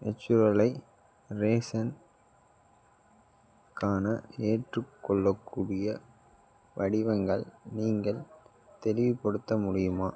நெச்சுரலை ரேஷனுக்கான ஏற்றுக்கொள்ளக்கூடிய வடிவங்கள் நீங்கள் தெளிவுபடுத்த முடியுமா